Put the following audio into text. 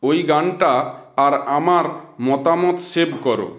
ওই গানটা আর আমার মতামত সেভ করো